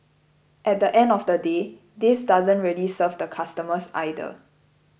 at the end of the day this doesn't really serve the customers either